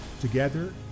Together